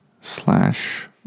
slash